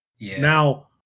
Now